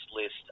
list